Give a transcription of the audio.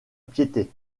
piété